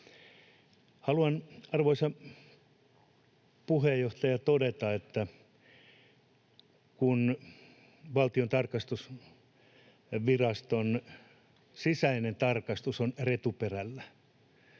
Haluan, arvoisa puheenjohtaja, todeta, että kun Valtion tarkastusviraston sisäinen tarkastus on retuperällä,